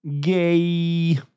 Gay